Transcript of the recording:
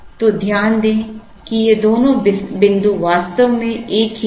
तो ध्यान दें कि ये दोनों बिंदु वास्तव में एक ही हैं